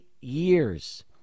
years